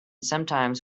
sometimes